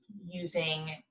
using